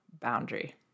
boundary